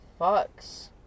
fucks